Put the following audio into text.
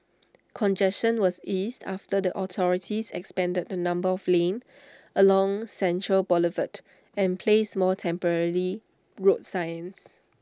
congestion was eased after the authorities expanded the number of lanes along central Boulevard and placed more temporary road signs